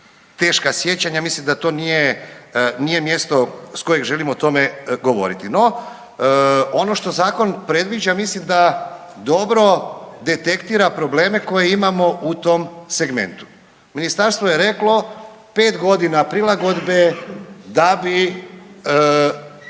teška sjećanja, mislim da to nije mjesto sa kojeg želim o tome govoriti. No, ono što zakon predviđa mislim da dobro detektira probleme koje imamo u tom segmentu. Ministarstvo je reklo 5 godina prilagodbe da bi